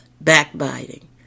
backbiting